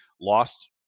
lost